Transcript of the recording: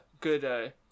good